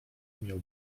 umiał